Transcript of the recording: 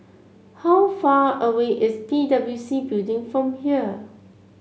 how far away is P W C Building from here